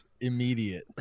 immediate